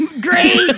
Great